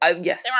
yes